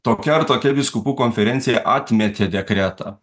tokia ar tokia vyskupų konferencija atmetė dekretą